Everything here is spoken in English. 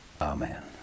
Amen